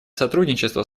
сотрудничество